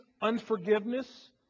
unforgiveness